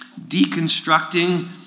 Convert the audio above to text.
deconstructing